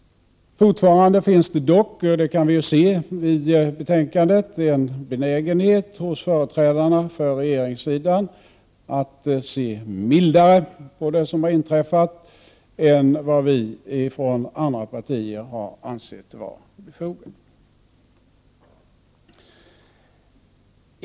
Fortfarande finns det dock — det kan vi se i betänkandet — en benägenhet hos företrädarna för regeringssidan att se mildare på det som har inträffat än vad vi från andra partier har ansett vara befogat.